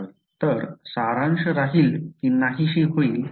तर सारांश राहील की नाहीशी होईल